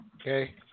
Okay